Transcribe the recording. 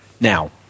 Now